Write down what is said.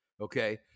Okay